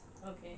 okay